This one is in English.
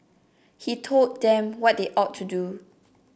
he told them what they ought to do